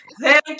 thank